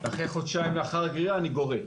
חודשיים לאחר הגרירה אני גורט.